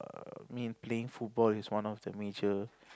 err me playing football is one of the major